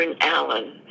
Allen